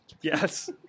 Yes